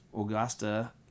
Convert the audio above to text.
Augusta